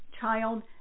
child